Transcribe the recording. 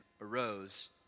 arose